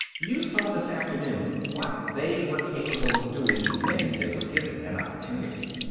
you saw, this afternoon, what they were capable of doing when they were given an opportunity.